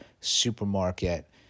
supermarket